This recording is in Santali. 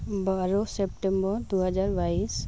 ᱵᱟᱨᱚ ᱥᱮᱯᱴᱮᱢᱵᱚᱨ ᱫᱩ ᱦᱟᱡᱟᱨ ᱵᱟᱭᱤᱥ